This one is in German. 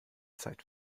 zeit